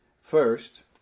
First